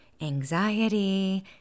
anxiety